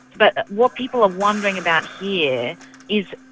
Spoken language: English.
but what people are wondering about here is,